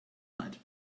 night